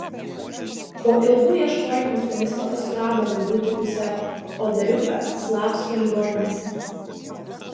po ilgų ieškojimų stanislovas surado vaidutį gusevo o dariuką slavsko ligoninėse